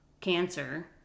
cancer